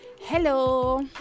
hello